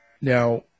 Now